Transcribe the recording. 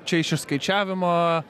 čia iš išskaičiavimo